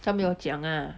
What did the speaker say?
他没有讲啊